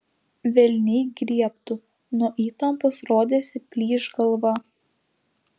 velniai griebtų nuo įtampos rodėsi plyš galva